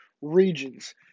regions